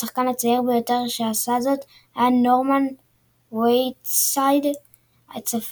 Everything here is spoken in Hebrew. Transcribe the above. השחקן הצעיר ביותר שעשה זאת היה נורמן וייטסייד הצפון